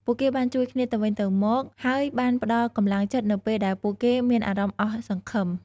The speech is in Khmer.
ពួកគេបានជួយគ្នាទៅវិញទៅមកហើយបានផ្តល់កម្លាំងចិត្តនៅពេលដែលពួកគេមានអារម្មណ៍អស់សង្ឃឹម។